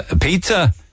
Pizza